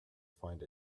find